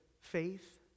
faith